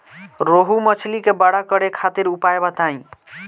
रोहु मछली के बड़ा करे खातिर उपाय बताईं?